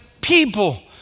people